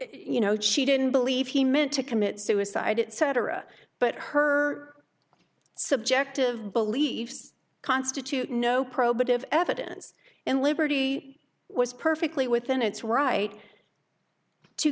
you know she didn't believe he meant to commit suicide at cetera but her subjective beliefs constitute no probative evidence and liberty was perfectly within its right to